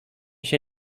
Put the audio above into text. się